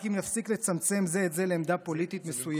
רק אם נפסיק לצמצם זה את זה לעמדה פוליטית מסוימת,